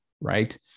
right